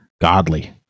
Godly